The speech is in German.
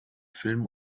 filmen